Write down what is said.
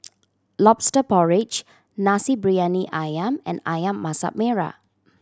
Lobster Porridge Nasi Briyani Ayam and Ayam Masak Merah